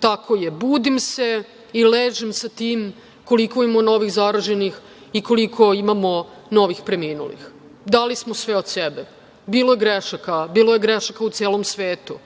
tako je. Budim se i ležem sa tim koliko ima novih zaraženih i koliko imamo novih preminulih. Dali smo sve od sebe, bilo je grešaka, bilo je grešaka u celom svetu,